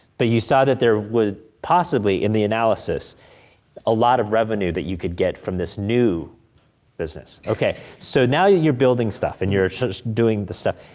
but you saw that there was possibly in the analysis a lot of revenue that you could get from this new business, ok. so, now you're you're building stuff, and you're doing stuff.